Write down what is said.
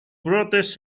brotes